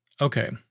Okay